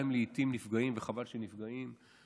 גם אם לעיתים נפגעים וחבל שנפגעים,